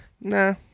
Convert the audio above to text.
nah